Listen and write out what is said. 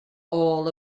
all